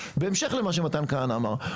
בהמשך למה שמתן כהנא אמר,